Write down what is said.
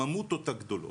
הממותות הגדולות,